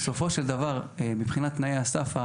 בסופו של דבר מבחינת תנאי הסף,